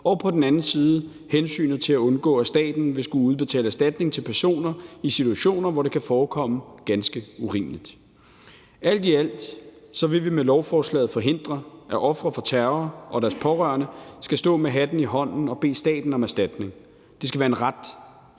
og på den anden side hensynet til at undgå, at staten vil skulle udbetale erstatning til personer i situationer, hvor det kan forekomme ganske urimeligt. Alt i alt vil vi med lovforslaget forhindre, at ofre for terror og deres pårørende skal stå med hatten i hånden og bede staten om erstatning. Det skal være en ret,